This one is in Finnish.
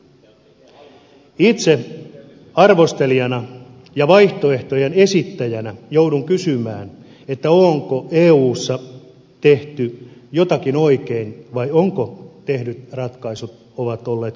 itse arvostelijana ja vaihtoehtojen esittäjänä joudun kysymään onko eussa tehty jotakin oikein vai ovatko tehdyt ratkaisut olleet kaikki vääriä